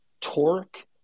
torque